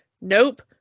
nope